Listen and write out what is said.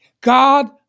God